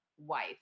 Wife